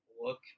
look